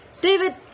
David